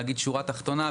להגיד שורה תחתונה,